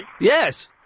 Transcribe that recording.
Yes